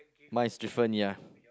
mine is different ya